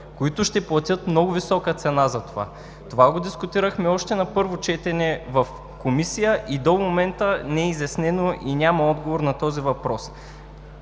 които ще платят много висока цена за това. Това го дискутирахме още на първо четене в Комисията и до момента не е изяснено и няма отговор на този въпрос.